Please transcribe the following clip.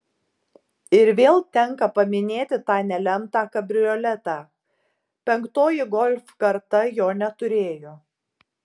ir vėl tenka paminėti tą nelemtą kabrioletą penktoji golf karta jo neturėjo